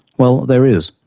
well, there is.